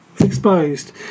exposed